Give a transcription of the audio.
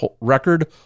record